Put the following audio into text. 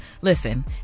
listen